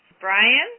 brian